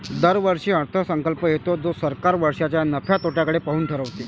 दरवर्षी अर्थसंकल्प येतो जो सरकार वर्षाच्या नफ्या तोट्याकडे पाहून ठरवते